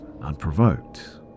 unprovoked